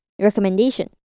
recommendation